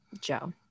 Joe